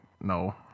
No